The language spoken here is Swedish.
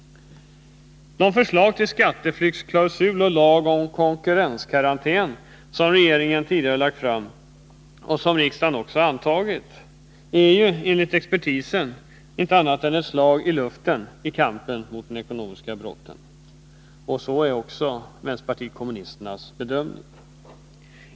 De förslag till skatteflyktsklausul och lag om konkurskarantän som regeringen lagt fram och som riksdagen antagit är enligt expertis ett slag i luften i kampen mot de ekonomiska brotten. Så är även vpk:s bedömning.